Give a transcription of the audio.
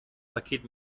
paket